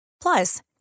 Plus